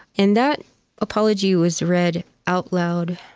and that apology was read out loud.